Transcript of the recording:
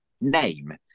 name